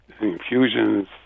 infusions